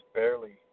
barely